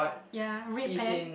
ya red pants